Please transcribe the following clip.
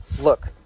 Look